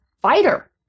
fighter